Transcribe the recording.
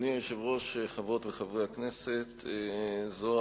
אדוני היושב-ראש, חברות וחברי הכנסת, זו